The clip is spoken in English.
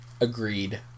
Agreed